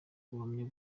ubuhamya